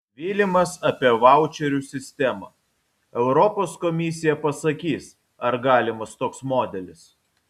vilimas apie vaučerių sistemą europos komisija pasakys ar galimas toks modelis